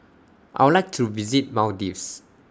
I Would like to visit Maldives